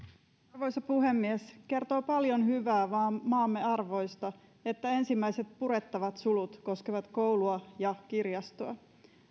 arvoisa puhemies kertoo paljon hyvää maamme arvoista että ensimmäiset purettavat sulut koskevat koulua ja kirjastoa